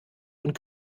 und